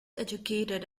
educated